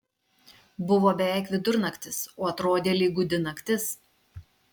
buvo beveik vidurnaktis o atrodė lyg gūdi naktis